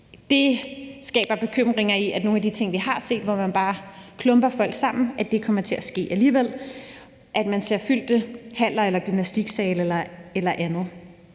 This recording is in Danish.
skaber bekymringer om, at nogle af de ting, vi har set, hvor man bare stuver folk sammen, kommer til at ske alligevel, altså at man ser fyldte haller eller gymnastiksale eller andet.